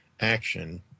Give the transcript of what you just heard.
action